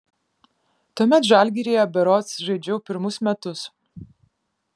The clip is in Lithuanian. tuomet žalgiryje berods žaidžiau pirmus metus